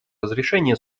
разрешения